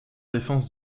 défense